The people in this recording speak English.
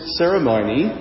ceremony